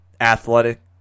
athletic